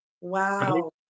Wow